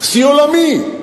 שיא עולמי.